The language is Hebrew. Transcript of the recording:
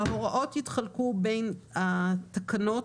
ההוראות יתחלקו בין התקנות,